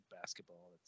basketball